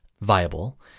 viable